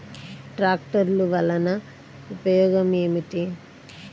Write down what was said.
ట్రాక్టర్లు వల్లన ఉపయోగం ఏమిటీ?